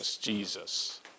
Jesus